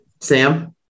Sam